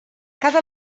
cada